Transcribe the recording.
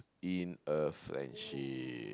in a friendship